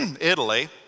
Italy